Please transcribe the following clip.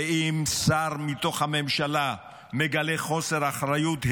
ואם שר מתוך הממשלה מגלה חוסר אחריות,